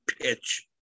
pitch